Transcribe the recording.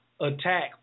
Attack